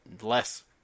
less